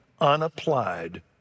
unapplied